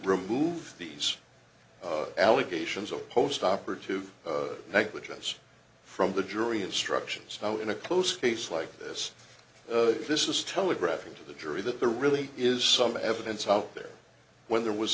remove these allegations of post operative negligence from the jury instructions now in a close case like this this is telegraphing to the jury that the really is some evidence out there when there was